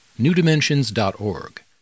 newdimensions.org